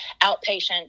outpatient